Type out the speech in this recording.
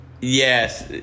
Yes